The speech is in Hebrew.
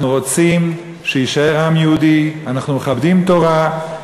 אנחנו רוצים שיישאר עם יהודי, אנחנו מכבדים תורה.